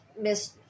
Miss